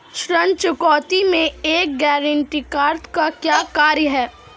ऋण चुकौती में एक गारंटीकर्ता का क्या कार्य है?